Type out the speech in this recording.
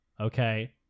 okay